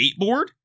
skateboard